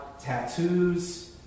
tattoos